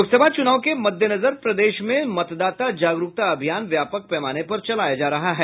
लोकसभा चूनाव के मददेनजर प्रदेश में मतदाता जागरूकता अभियान व्यापक पैमाने पर चलाया जा रहा है